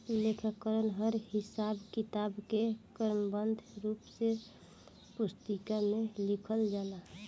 लेखाकरण हर हिसाब किताब के क्रमबद्ध रूप से पुस्तिका में लिखल जाला